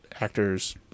actors